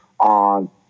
on